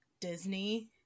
Disney